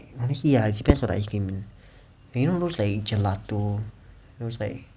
obviously ah it depends on the ice cream you know those like gelato those like